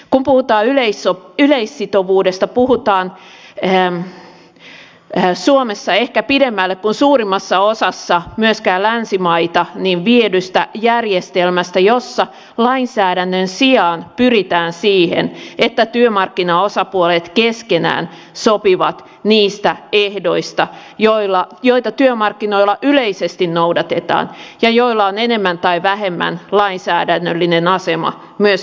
kun puhutaan yleissitovuudesta puhutaan suomessa ehkä pidemmälle kuin suurimmassa osassa myöskään länsimaita viedystä järjestelmästä jossa lainsäädännön sijaan pyritään siihen että työmarkkinaosapuolet keskenään sopivat niistä ehdoista joita työmarkkinoilla yleisesti noudatetaan ja joilla on enemmän tai vähemmän lainsäädännöllinen asema myös oikeudellisesti